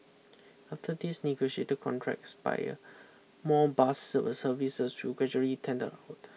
after these negotiate contracts expire more bus service will be gradually tender out